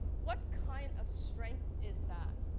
what kind of strength is that?